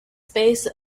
space